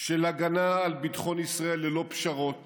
של הגנה על ביטחון ישראל ללא פשרות